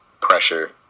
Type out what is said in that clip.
pressure